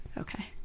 Okay